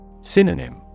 Synonym